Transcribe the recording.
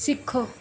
ਸਿੱਖੋ